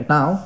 Now